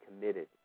committed